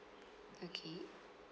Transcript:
okay